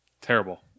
Terrible